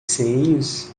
selos